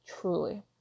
truly